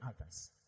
others